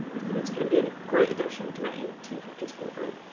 think it's gonna be a great addition to my eighteen fifty s wardrobe.